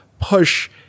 push